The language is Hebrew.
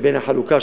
לבין החלוקה,